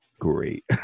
Great